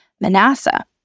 Manasseh